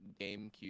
GameCube